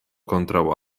kontraŭ